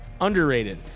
Underrated